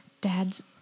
Dad's